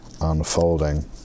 Unfolding